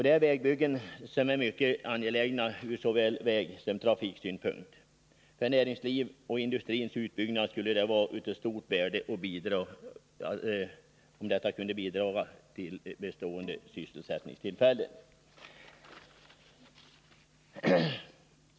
Det är vägbyggen som är mycket angelägna ur såväl vägsom trafiksynpunkt. För näringsliv och för industrins utbyggnad skulle det vara av stort värde om detta kunde bidra till bestående sysselsättningstillfällen.